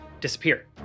disappear